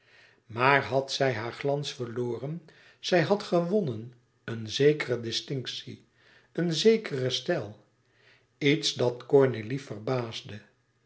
maar had zij haar glans verloren zij had gewonnen een zekere distinctie een zekeren stijl iets dat cornélie verbaasde